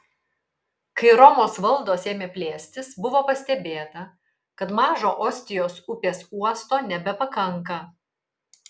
kai romos valdos ėmė plėstis buvo pastebėta kad mažo ostijos upės uosto nebepakanka